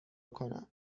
کنم